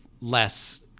less